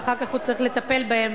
ואחר כך הוא צריך לטפל בהם,